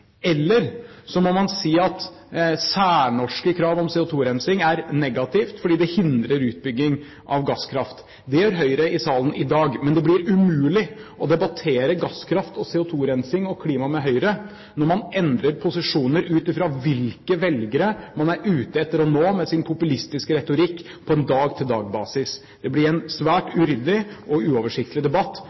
eller så må man si at særnorske krav om CO2-rensing er negativt fordi det hindrer utbygging av gasskraft. Det gjør Høyre i salen i dag. Men det blir umulig å debattere gasskraft og CO2-rensing og klima med Høyre når man endrer posisjoner ut fra hvilke velgere man er ute etter å nå med sin populistiske retorikk på en dag-til-dag-basis. Det blir en svært uryddig og uoversiktlig debatt,